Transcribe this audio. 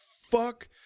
fuck